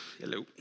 Hello